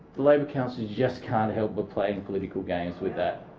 the labor councillors just can't help but playing political games with that.